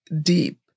deep